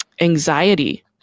anxiety